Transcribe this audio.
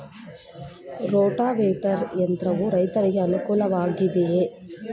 Rotavator ಯಂತ್ರವು ರೈತರಿಗೆ ಅನುಕೂಲ ವಾಗಿದೆಯೇ?